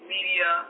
media